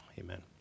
Amen